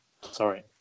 sorry